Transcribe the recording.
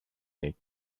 egg